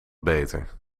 beter